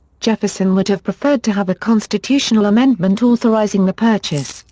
jefferson would have preferred to have a constitutional amendment authorizing the purchase,